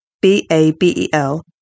B-A-B-E-L